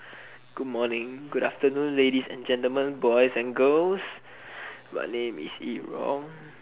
good morning good afternoon ladies and gentlemen boys and girls my name is Yi-Rong